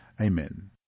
amen